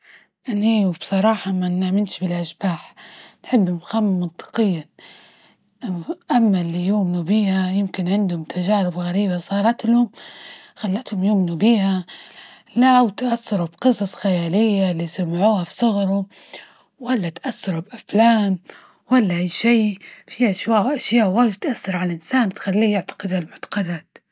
إني وبصراحة ما نأمنش بلأشباح، نحب نخمن منطقيا، أما اللي يؤمنوا بها يمكن عندهم تجارب غريبة صارت لهم، خلتهم يؤمنوا بها، لا وتأثروا بقصص خيالية اللي سمعوها في صغره، ولا إتأثروا بأفلام ولا أي شئ في أشياء واجد تأثر على الإنسان تخليه يعتقد هالمعتقدات.